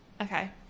Okay